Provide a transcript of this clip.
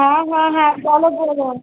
হ্যাঁ হ্যাঁ হ্যাঁ বলো বলো